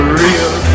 real